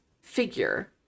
figure